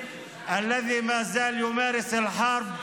אשר עדיין ממשיכה במלחמה,